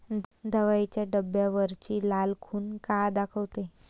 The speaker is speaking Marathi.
दवाईच्या डब्यावरची लाल खून का दाखवते?